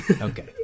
Okay